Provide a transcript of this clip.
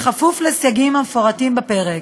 כפוף לסייגים המפורטים בפרק.